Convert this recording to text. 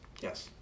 Yes